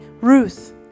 Ruth